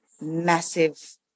massive